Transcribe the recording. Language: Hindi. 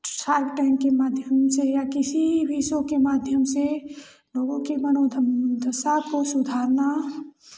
शार्क टैन्क के मध्यम से या किसी भी शो के माध्यम से लोगों की मनो दशा को सुधारना